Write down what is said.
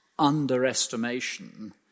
underestimation